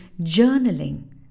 journaling